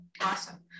Awesome